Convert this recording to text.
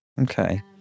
okay